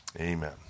amen